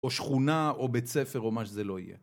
או שכונה או בית ספר או מה שזה לא יהיה